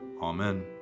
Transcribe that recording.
Amen